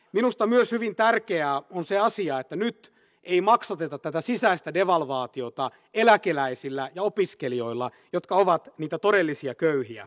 minusta myös hyvin tärkeä on se asia että nyt ei maksateta tätä sisäistä devalvaatiota eläkeläisillä ja opiskelijoilla jotka ovat niitä todellisia köyhiä